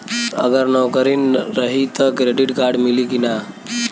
अगर नौकरीन रही त क्रेडिट कार्ड मिली कि ना?